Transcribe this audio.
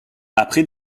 après